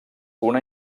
una